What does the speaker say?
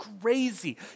crazy